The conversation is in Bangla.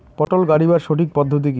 পটল গারিবার সঠিক পদ্ধতি কি?